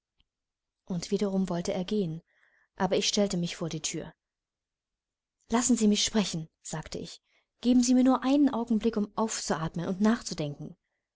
und wiederum wollte er gehen aber ich stellte mich vor die thür lassen sie mich sprechen sagte ich geben sie mir nur einen augenblick um aufzuatmen und nachzudenken